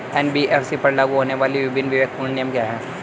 NBFC पर लागू होने वाले विभिन्न विवेकपूर्ण नियम क्या हैं?